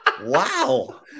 wow